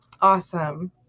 Awesome